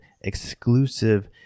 exclusive